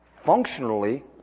Functionally